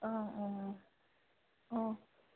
অঁ অঁ অঁ